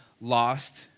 lost